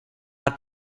het